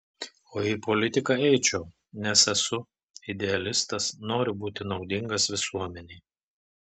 o į politiką eičiau nes esu idealistas noriu būti naudingas visuomenei